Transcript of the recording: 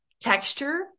texture